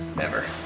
never.